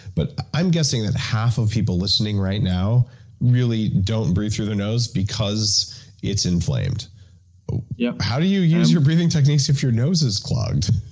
but i'm guessing that half of people listening right now really don't breathe through their nose because it's inflamed yep how do you use your breathing techniques if your nose is clogged?